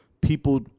people